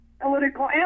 political